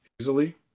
easily